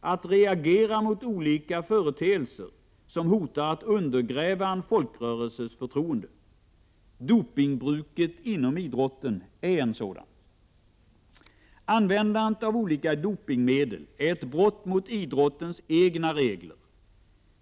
att reagera mot olika företeelser som hotar att undergräva en folkrörelses förtroende. Dopingbruket inom idrotten är en sådan. Användandet av olika dopingmedel är ett brott mot idrottens egna regler.